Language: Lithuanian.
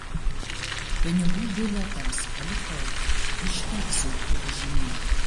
pinigų bilietams palikau užteks zuikiu važinėti